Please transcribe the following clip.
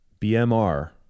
BMR